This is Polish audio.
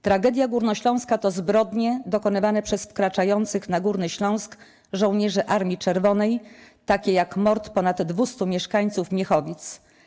Tragedia Górnośląska to zbrodnie dokonywane przez wkraczających na Górny Śląsk żołnierzy Armii Czerwonej, takie jak mord ponad 200 mieszkańców Miechowic.